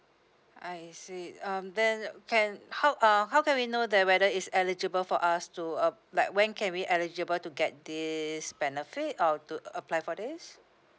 I see um then can how uh how can we know that whether is eligible for us to uh like when can we eligible to get this benefit or to apply for this